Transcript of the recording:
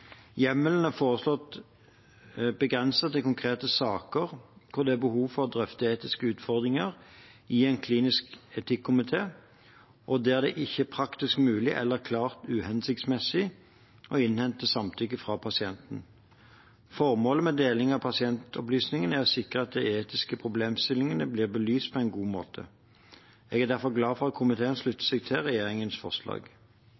Hjemmelen er foreslått begrenset til konkrete saker der det er behov for å drøfte etiske utfordringer i en klinisk etikkomité, og der det ikke er praktisk mulig eller klart uhensiktsmessig å innhente samtykke fra pasienten. Formålet med deling av pasientopplysningene er å sikre at de etiske problemstillingene blir belyst på en god måte. Jeg er derfor glad for at komiteen slutter seg til regjeringens forslag.